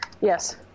Yes